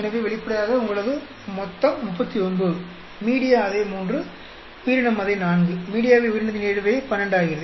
எனவே வெளிப்படையாக உங்களது மொத்தம் 39 மீடியா அதே 3 உயிரினம் அதே 4 மீடியாவில் உயிரினத்தின் இடைவினை 12 ஆகிறது